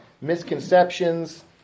misconceptions